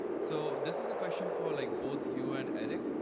so, this is a question for like both you and eric.